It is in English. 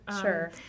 Sure